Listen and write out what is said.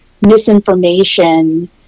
misinformation